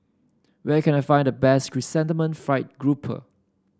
where can I find the best Chrysanthemum Fried Grouper